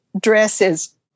dresses